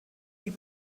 die